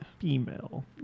female